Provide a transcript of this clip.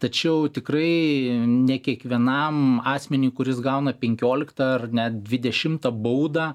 tačiau tikrai ne kiekvienam asmeniui kuris gauna penkioliktą ar net dvidešimtą baudą